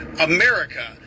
America